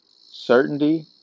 certainty